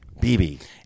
BB